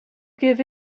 give